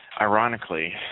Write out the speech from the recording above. Ironically